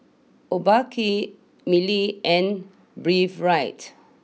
Obike Mili and Breathe right